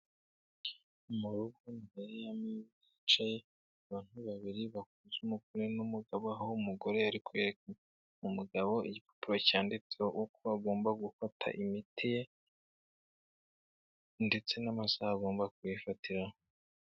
Murugo imbere yameza hicaye abantu babiri bakuza, umugore n'umugabo aho umugore arikwereka umugabo igipapuro cyanditseho uko agomba gufata imiti ye, ndetse n'amasaha agomba kuyifatiraraho.